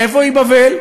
איפה היא בבל?